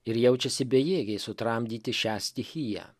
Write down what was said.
ir jaučiasi bejėgiai sutramdyti šią stichiją